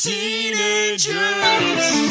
Teenagers